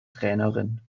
trainerin